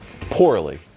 poorly